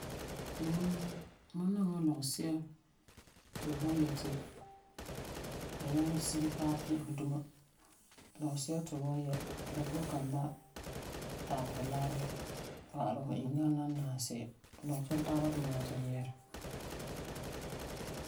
Mmm, ma nɔŋɛ la lɔgesi'a ti fu wan yɛ ti la nyaŋɛ sige paɛ pĩ fu duma. Lɔgesi'a ti fu wan yɛ ti la kɔ'ɔm kan ba'am tabɛ fu larerii pa'alɛ fu inganɛ la n naam se'em. Lɔgetunɔ taaba ti ma bɔta n yɛɛra.